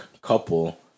couple